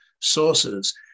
sources